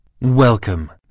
Welcome